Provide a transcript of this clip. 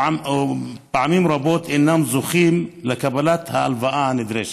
ופעמים רבות אינם זוכים לקבל את ההלוואה הנדרשת,